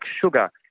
sugar